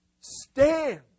stand